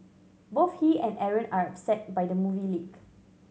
both he and Aaron are upset by the movie leak